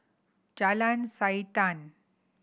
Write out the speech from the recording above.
Jalan Siantan